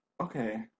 Okay